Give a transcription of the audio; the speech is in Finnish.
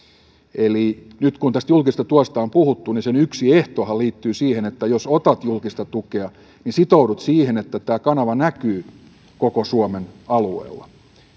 nyt kun tästä julkisesta tuesta on puhuttu niin sen yksi ehtohan liittyy siihen että jos otat julkista tukea niin sitoudut siihen että tämä kanava näkyy koko suomen alueella